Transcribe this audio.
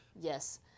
yes